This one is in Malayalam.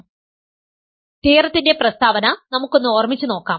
അതിനാൽ തിയറത്തിന്റെ പ്രസ്താവന നമുക്കൊന്നു ഓർമിച്ചു നോക്കാം